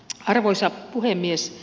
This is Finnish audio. arvoisa puhemies